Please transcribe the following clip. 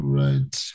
right